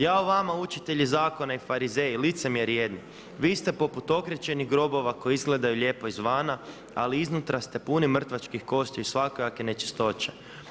Jao vama učitelji zakona i Farizeji, licemjeri jedni, vi ste poput okrečenih grobova koji izgledaju lijepo izvana ali iznutra ste puni mrtvačkih kostiju i svakakve nečistoće.